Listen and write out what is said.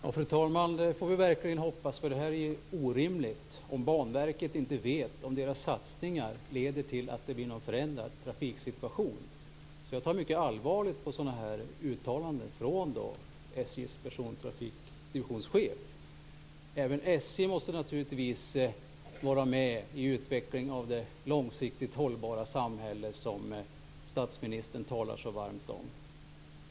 Fru talman! Det får vi verkligen hoppas, för det är orimligt om Banverket inte vet om dess satsningar leder till en förändrad trafiksituation. Jag ser mycket allvarligt på sådana här uttalanden från chefen för SJ:s persontrafikdivision. Även SJ måste naturligtvis vara med i utvecklingen av det långsiktigt hållbara samhälle som statsministern talar så varmt om.